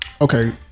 okay